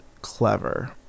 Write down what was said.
clever